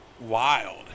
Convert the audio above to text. wild